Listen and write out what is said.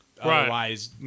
otherwise